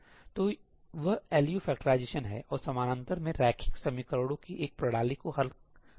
तो वह LU factorisation है और समानांतर में रैखिक समीकरणों की एक प्रणाली को हल कर रहा है